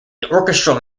orchestral